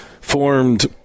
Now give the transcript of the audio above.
formed